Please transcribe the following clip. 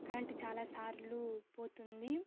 current చాలా సార్లు పోతుంది